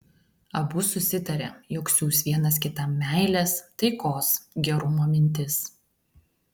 abu susitarė jog siųs vienas kitam meilės taikos gerumo mintis